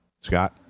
Scott